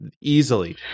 easily